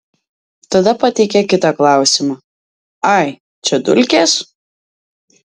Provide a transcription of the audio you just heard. tada pateikė kitą klausimą ai čia dulkės